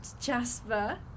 Jasper